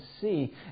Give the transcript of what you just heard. see